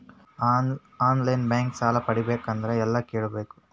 On line bank ಸಾಲ ಪಡಿಬೇಕಂದರ ಎಲ್ಲ ಕೇಳಬೇಕು?